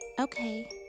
Okay